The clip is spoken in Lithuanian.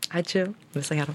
ačiū viso gero